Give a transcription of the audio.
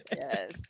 Yes